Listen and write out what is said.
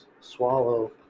Swallow